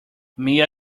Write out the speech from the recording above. mia